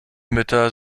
mütter